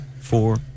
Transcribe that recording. four